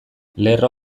lerro